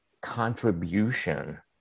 contribution